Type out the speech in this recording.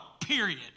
period